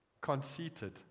conceited